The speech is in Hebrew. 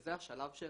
שזה השלב של